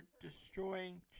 destroying